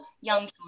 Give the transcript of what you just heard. young